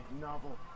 novel